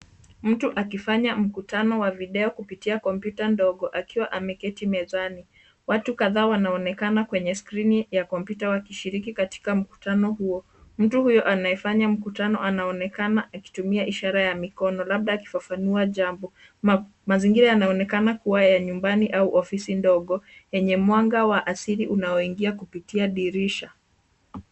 Mtu akifanya mkutano wa video kupitia kompyuta ndogo akiwa ameketi mezani. Watu kadhaa wanaonekana kwenye skrini ya kompyuta wakishiriki katika mkutano huo. Mtu huyo anayefanya mkutano anaonekana akitumia ishara ya mikono labda akifafanua jambo. Mazingira yanaonekana kuwa ya nyumbani au ofisi ndogo yenye mwanga wa asili unaoingia kupitia dirisha.